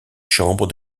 chambres